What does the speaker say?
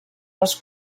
les